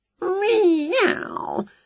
Meow